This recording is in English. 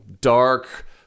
dark